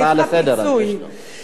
זו הצעה לסדר-היום, אז יש לו.